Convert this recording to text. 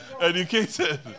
Educated